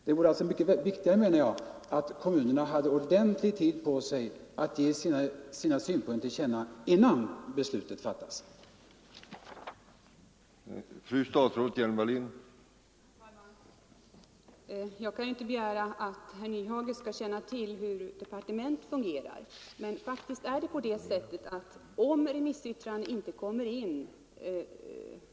Det vore alltså mycket riktigare att kommunerna hade god tid på sig att ge sina synpunkter till känna innan riksdagen fattar sitt beslut.